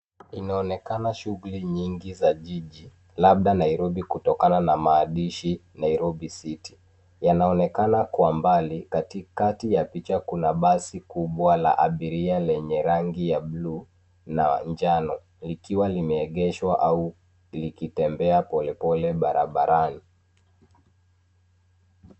Inaonekana shughuli nyingi za jiji labda Nairobi kutokana na maandishi Nairobi City. Yanaonekana kwa mbali katikati ya picha kuna basi kubwa la abiria lenye rangi ya blue na njano ikiwa limeegeshwa au likitembea polepole barabarani.